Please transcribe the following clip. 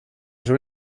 veux